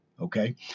Okay